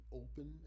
open